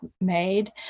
made